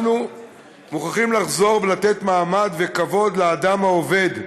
אנחנו מוכרחים לחזור ולתת מעמד וכבוד לאדם העובד.